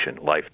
life